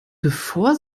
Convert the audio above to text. bevor